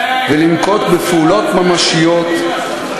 לזה הקדשנו בתקציב עוד כ-1.2 מיליארד שקלים למשרד לביטחון פנים.